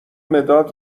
مداد